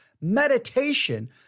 meditation